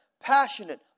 passionate